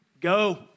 Go